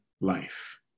life